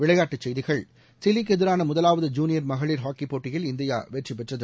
விளையாட்டுச் செய்திகள் சிலிக்குஎதிரானமுதலாவது ஜுனியர் மகளிர் ஹாக்கிபோட்டியில் இந்தியாவெற்றிபெற்றது